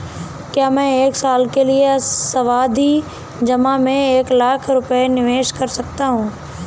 क्या मैं एक साल के लिए सावधि जमा में एक लाख रुपये निवेश कर सकता हूँ?